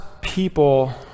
people